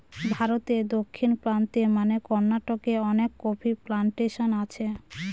ভারতে দক্ষিণ প্রান্তে মানে কর্নাটকে অনেক কফি প্লানটেশন আছে